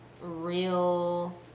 real